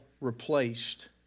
replaced